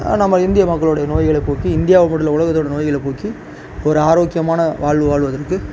நம்ம இந்திய மக்களோடய நோய்களை போக்கி இந்தியா மட்டும் இல்லை உலகத்தோடய நோய்களை போக்கி ஒரு ஆரோக்கியமான வாழ்வு வாழ்வதற்கு